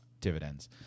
dividends